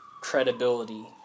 credibility